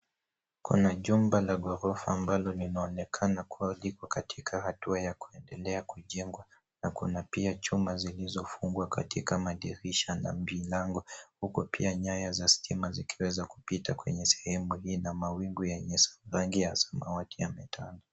Kuna jumba la ghorofa ambalo linaonekana kuwa liko katika hatua ya kuendelea kujengwa na kuna pia chuma zilizofungwa katika madirisha na milango huku pia nyaya za stima zikiweza kupita kwenye sehemu hii na mawingu yenye rangi ya samawati yametanda.